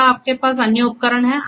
क्या आपके पास अन्य उपकरण हैं